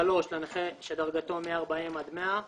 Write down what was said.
(3) לנכה שדרגת נכותו מ-40% עד 100%